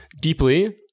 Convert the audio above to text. deeply